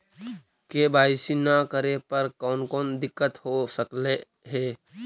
KYC न करे पर कौन कौन दिक्कत हो सकले हे?